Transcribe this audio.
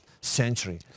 century